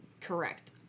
correct-